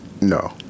No